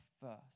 first